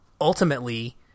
ultimately